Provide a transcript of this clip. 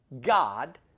God